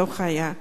שלא היה.